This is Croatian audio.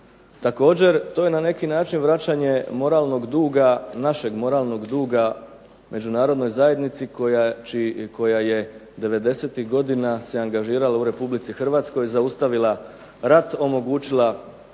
Također to je na neki način vraćanje moralnog duga našeg moralnog duga međunarodnoj zajednici koja je '90.-tih godina se angažirala u Republici Hrvatskoj zaustavila rat, omogućila kakvo